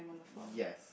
ya